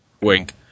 Wink